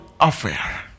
affair